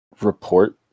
report